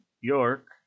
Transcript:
York